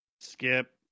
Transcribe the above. Skip